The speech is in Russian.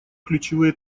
ключевые